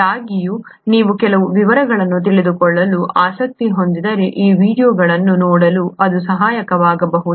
ಆದಾಗ್ಯೂ ನೀವು ಕೆಲವು ವಿವರಗಳನ್ನು ತಿಳಿದುಕೊಳ್ಳಲು ಆಸಕ್ತಿ ಹೊಂದಿದ್ದರೆ ಈ ವೀಡಿಯೊಗಳನ್ನು ನೋಡಲು ಇದು ಸಹಾಯಕವಾಗಬಹುದು